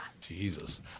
jesus